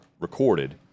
recorded